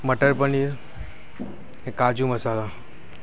મટર પનીર ને કાજુ મસાલા